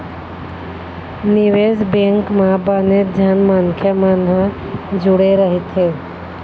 निवेश बेंक म बनेच झन मनखे मन ह जुड़े रहिथे